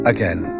Again